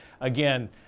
again